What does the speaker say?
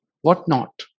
whatnot